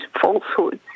falsehoods